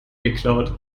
geklaut